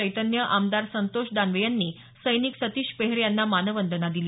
चैतन्य आमदार संतोष दानवे यांनी सैनिक सतीश पेहरे याना मानवदना दिली